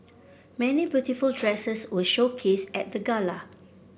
many beautiful dresses were showcased at the gala